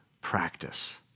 practice